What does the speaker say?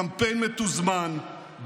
קמפיין מתוזמן,